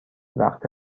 وقت